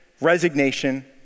resignation